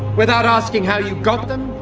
without asking how you got them,